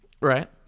right